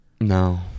No